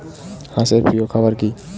হাঁস এর প্রিয় খাবার কি?